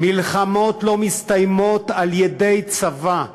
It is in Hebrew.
מלחמות לא מסתיימות על-ידי צבא.